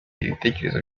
ibitekerezo